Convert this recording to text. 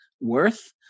worth